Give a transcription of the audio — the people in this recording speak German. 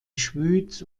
schwyz